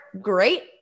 great